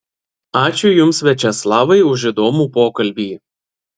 ačiū jums viačeslavai už įdomų pokalbį